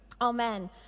Amen